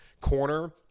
Corner